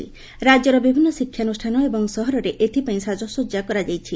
ରାକ୍ୟର ବିଭିନ୍ ଶିକ୍ଷାନୁଷ୍ଠାନ ଏବଂ ସହରରେ ଏଥିପାଇଁ ସାକସଜା କରାଯାଇଛି